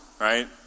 right